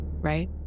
right